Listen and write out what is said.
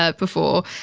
ah before.